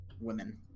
women